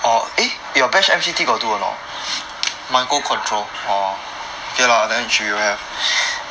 ya